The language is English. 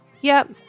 Yep